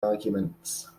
arguments